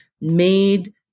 made